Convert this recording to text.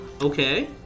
Okay